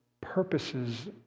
purposes